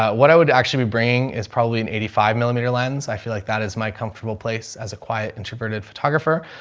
what i would actually be bringing is probably an eighty five millimeter lens. i feel like that is my comfortable place as a quiet introverted photographer.